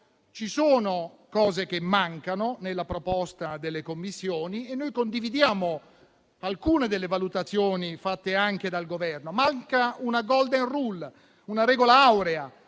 ci sono cose che mancano nella proposta delle Commissioni e noi condividiamo alcune delle valutazioni fatte dal Governo. Manca una *golden rule*, una regola aurea